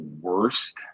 worst